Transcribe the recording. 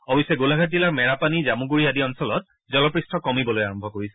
অৱশ্যে গোলাঘাট জিলাৰ মেৰাপানী জামুগুৰি আদি অঞ্চলত জলপৃষ্ঠ কমিবলৈ আৰম্ভ কৰিছে